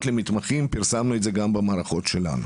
למתמחים ופרסמנו את זה גם במערכות שלנו.